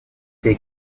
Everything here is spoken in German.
der